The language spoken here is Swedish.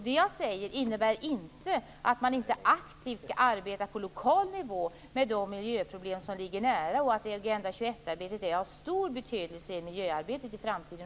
Det jag säger innebär inte att man inte aktivt skall arbeta på lokal nivå med de miljöproblem som ligger nära. Agenda 21-arbetet är av stor betydelse i miljöarbetet också i framtiden.